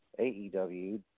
AEW